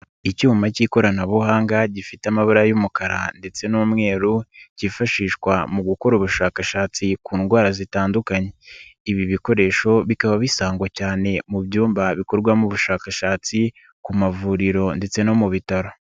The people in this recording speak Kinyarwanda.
Icyuma k'ikoranabuhanga gifite amabara y'umukara ndetse n'umweru kifashishwa mu gukora ubushakashatsi ku ndwara zitandukanye ibi bikoresho bikaba bisangwa cyane mu byumba bikorwamo ubushakashatsi ku mavuriro ndetse no mu bitaro.